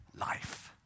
life